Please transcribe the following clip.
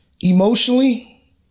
emotionally